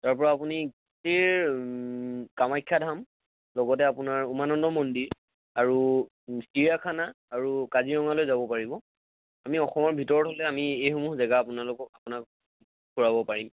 তাৰ পৰা আপুনি গোটেই কামাখ্যা ধাম লগতে আপোনাৰ উমানন্দ মন্দিৰ আৰু চিৰিয়াখানা আৰু কাজিৰঙালৈ যাব পাৰিব আমি অসমৰ ভিতৰত হ'লে আমি এইসমূহ জেগা আপোনালোকক আপোনাক ফূৰাব পাৰিম